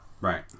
Right